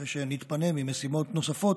אחרי שנתפנה ממשימות נוספות,